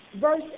Verse